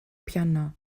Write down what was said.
piano